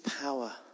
power